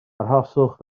arhoswch